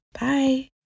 Bye